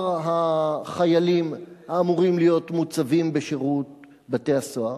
החיילים האמורים להיות מוצבים בשירות בתי-הסוהר,